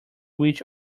which